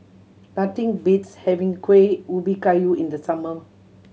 nothing beats having Kuih Ubi Kayu in the summer